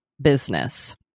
business